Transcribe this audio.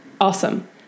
awesome